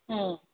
ꯎꯝ